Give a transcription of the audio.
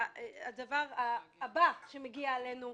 הדבר הבא שמגיע אלינו,